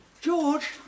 George